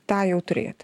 tą jau turėti